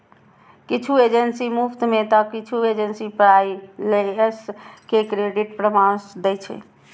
किछु एजेंसी मुफ्त मे तं किछु एजेंसी पाइ लए के क्रेडिट परामर्श दै छै